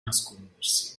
nascondersi